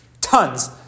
tons